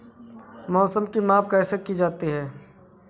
मौसम की माप कैसे की जाती है?